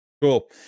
Cool